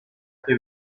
che